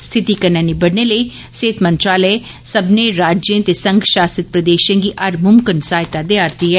स्थिति कन्नै निबड़ने लेई सेहत मंत्रालय सब्मने राज्यें ते संघ शासित देशों गी हर मुमकन सहायता देआ रदी ऐ